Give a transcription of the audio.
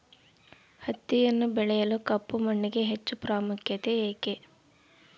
ಹತ್ತಿಯನ್ನು ಬೆಳೆಯಲು ಕಪ್ಪು ಮಣ್ಣಿಗೆ ಹೆಚ್ಚು ಪ್ರಾಮುಖ್ಯತೆ ಏಕೆ?